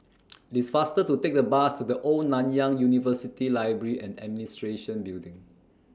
It's faster to Take The Bus to The Old Nanyang University Library and Administration Building